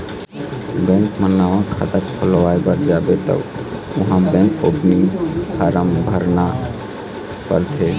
bank म नवा खाता खोलवाए बर जाबे त उहाँ बेंक ओपनिंग फारम भरना परथे